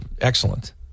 excellent